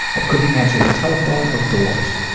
i couldn't answer the telephone or doors.